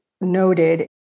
noted